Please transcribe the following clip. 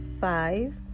Five